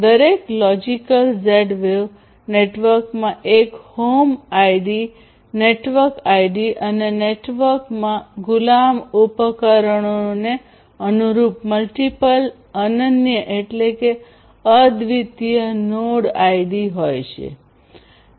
દરેક logical Z wave નેટવર્કમાં એક હોમ આઈડી નેટવર્ક આઈડી અને નેટવર્કમાં ગુલામ ઉપકરણોને અનુરૂપ મલ્ટીપલ અનન્ય એટલે કે અદ્વિતીય નોડ આઈડી હોય છે